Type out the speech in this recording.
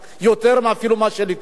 יותר אפילו מהשליטים שלו.